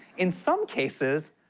in some cases,